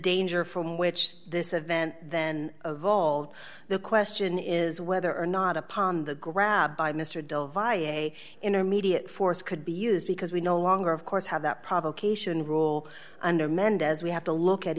danger from which this event then evolved the question is whether or not upon the grab by mr dunn via a intermediate force could be used because we no longer of course have that provocation rule under mendez we have to look at